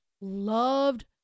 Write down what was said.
loved